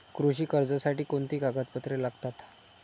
कृषी कर्जासाठी कोणती कागदपत्रे लागतात?